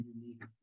unique